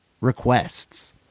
requests